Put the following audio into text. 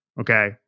Okay